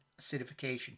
acidification